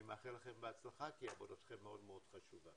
אני מאחל לכם בהצלחה כי עבודתכם מאוד מאוד חשובה.